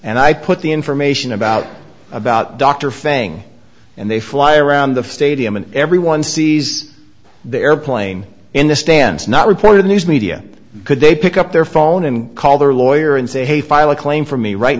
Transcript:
and i put the information about about dr failing and they fly around the stadium and everyone sees the airplane in the stands not reported news media could they pick up their phone and call their lawyer and say hey file a claim for me right